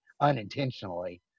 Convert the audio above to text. unintentionally